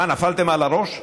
מה, נפלתם על הראש?